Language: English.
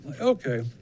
okay